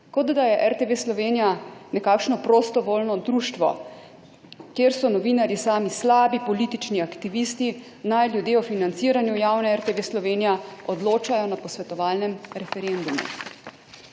Kot da je RTV Slovenija nekakšno prostovoljno društvo, kjer so novinarji sami slabi politični aktivisti, naj ljudje o financiranju javne RTV Slovenija odločajo na posvetovalnem referendumu.